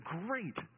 great